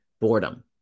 Boredom